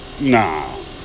Nah